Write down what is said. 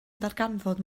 darganfod